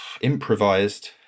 improvised